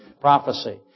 prophecy